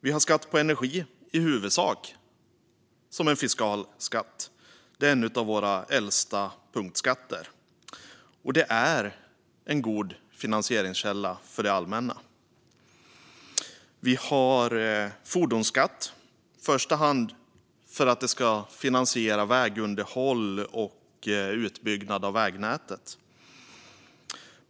Vi har skatt på energi i huvudsak som en fiskal skatt. Det är en av våra äldsta punktskatter, och det är en god finansieringskälla för det allmänna. Vi har fordonsskatt i första hand för att den ska finansiera vägunderhåll och utbyggnad av vägnätet.